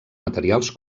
materials